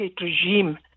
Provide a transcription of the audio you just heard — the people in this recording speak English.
regime